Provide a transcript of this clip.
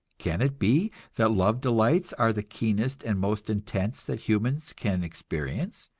can it be that love delights are the keenest and most intense that humans can experience,